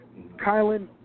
Kylan